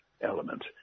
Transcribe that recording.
element